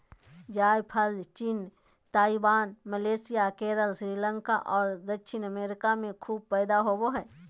जायफल चीन, Taiwan, Malaysia, Kerala, Sri Lanka और दक्षिणी अमेरिका में खूब पैदा होबो हइ